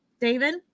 david